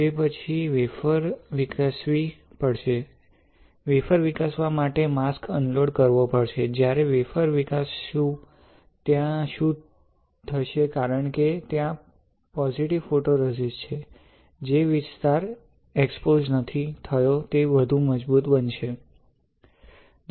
તે પછી વેફર વિકસાવવી પડશે વેફર વિકસાવવા માટે માસ્ક અનલોડ કરવો પડશે જ્યારે વેફર વિકસાવશુ ત્યાં શું થશે કારણ કે ત્યાં પોજિટિવ ફોટોરેઝિસ્ટ છે જે વિસ્તાર એક્સ્પોસ્ડ નથી થયો તે વધુ મજબૂત બનશે